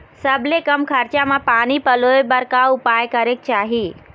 सबले कम खरचा मा पानी पलोए बर का उपाय करेक चाही?